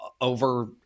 over